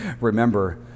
remember